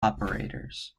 operators